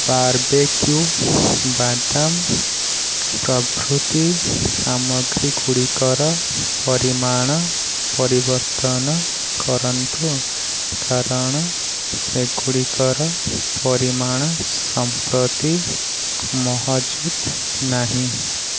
barbecue ବାଦାମ ପ୍ରଭୃତି ସାମଗ୍ରୀ ଗୁଡ଼ିକର ପରିମାଣ ପରିବର୍ତ୍ତନ କରନ୍ତୁ କାରଣ ସେଗୁଡ଼ିକର ପରିମାଣ ସମ୍ପ୍ରତି ମହଜୁଦ ନାହିଁ